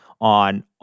on